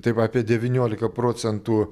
tai va apie devynioliką procentų